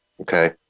okay